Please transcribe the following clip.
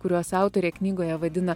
kuriuos autorė knygoje vadina